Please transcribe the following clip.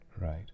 Right